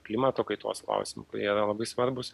klimato kaitos klausimų kurie yra labai svarbūs